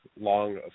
long